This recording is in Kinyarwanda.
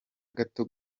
gato